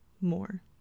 more